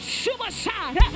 suicide